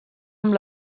amb